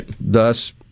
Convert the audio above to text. thus